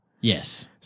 Yes